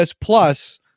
plus